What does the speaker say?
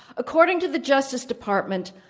according to the justice department,